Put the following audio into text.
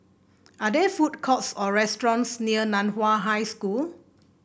are there food courts or restaurants near Nan Hua High School